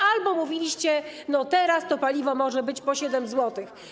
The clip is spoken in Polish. Albo mówiliście: no, teraz to paliwo może być po 7 zł.